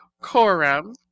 coram